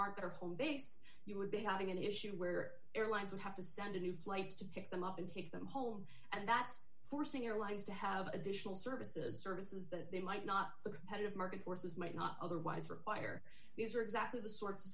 cities that are home base you would be having an issue where airlines would have to send a new flight to pick them up and take them home and that's forcing your to have additional services services that they might not the competitive market forces might not otherwise require these are exactly the sorts of